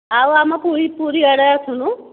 ଆଉ ଆମ ପୁରୀ ପୁରୀ ଆଡ଼େ ଆସୁନୁ